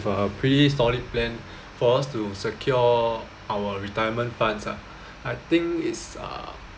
for a pretty solid plan for us to secure our retirement funds ah I think is uh